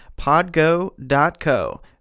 podgo.co